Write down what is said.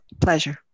Pleasure